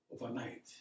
overnight